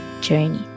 journey